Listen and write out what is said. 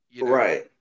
right